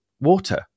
water